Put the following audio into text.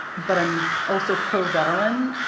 but i'm also pro-veteran,